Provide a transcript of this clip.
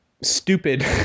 stupid